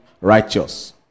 righteous